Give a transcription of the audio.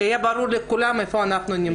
שיהיה ברור לכולם איפה אנחנו נמצאים.